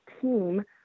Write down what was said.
team